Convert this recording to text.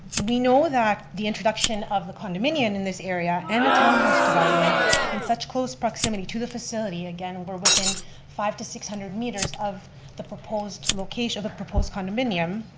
we know that the introduction of the condominium in this area and the townhouse development in such close proximity to the facility, again, we're within five to six hundred meters of the proposed location of the proposed condominium,